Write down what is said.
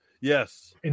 Yes